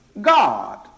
God